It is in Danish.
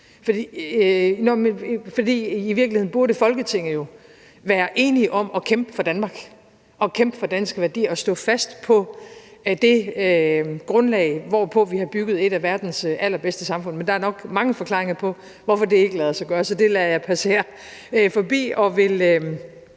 I virkeligheden burde Folketinget jo være enige om at kæmpe for Danmark, at kæmpe for danske værdier og at stå fast på det grundlag, hvorpå vi har bygget et af verdens allerbedste samfund, men der er nok mange forklaringer på, hvorfor det ikke lader sig gøre, så det lader jeg passere forbi og vil